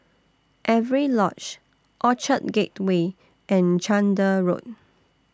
Avery Lodge Orchard Gateway and Chander Road